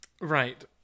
Right